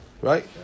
Right